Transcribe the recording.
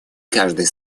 каждой